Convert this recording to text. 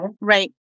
Right